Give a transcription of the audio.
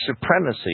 supremacy